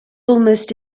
almost